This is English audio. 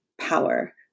power